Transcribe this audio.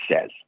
says